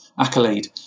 accolade